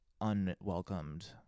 unwelcomed